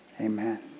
amen